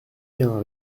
bien